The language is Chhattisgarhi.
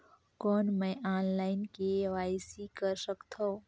कौन मैं ऑनलाइन के.वाई.सी कर सकथव?